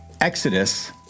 Exodus